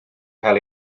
cael